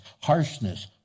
harshness